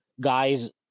guys